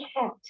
hat